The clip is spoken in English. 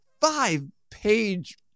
five-page